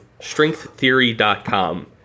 strengththeory.com